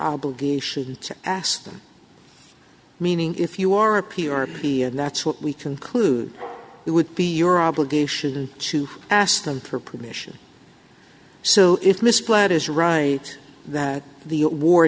obligation to ask them meaning if you are a p r and that's what we conclude it would be your obligation to ask them for permission so if miss platt is right that the awar